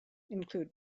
include